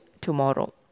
tomorrow